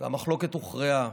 והמחלוקת הוכרעה.